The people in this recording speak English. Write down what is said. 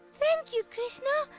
thank you, krishna.